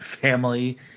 family